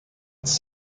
its